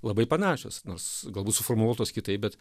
labai panašios nors galbūt suformuluotos kitaip bet